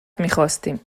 میخواستیم